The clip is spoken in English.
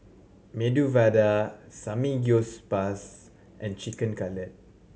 Medu Vada Samgyeopsal and Chicken Cutlet